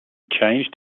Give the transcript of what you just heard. changed